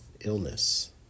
illness